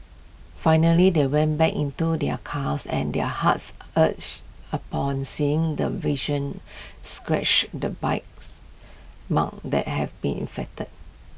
finally they went back into their cars and their hearts urge upon seeing the vision scratches the bites marks that have been inflicted